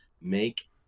Make